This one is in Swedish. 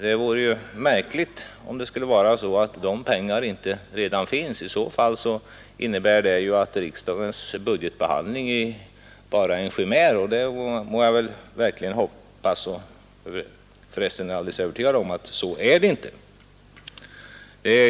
Det vore märkligt om de pengarna inte skulle finnas. Det skulle innebära att riksdagens budgetarbete bara är en chimär — och jag är alldeles övertygad om att så inte är fallet.